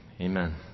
amen